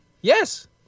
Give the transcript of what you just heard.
Yes